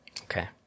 Okay